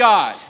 God